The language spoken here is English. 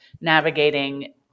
navigating